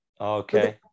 Okay